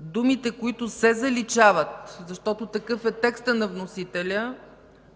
думите, които се заличават, защото такъв е текстът на вносителя,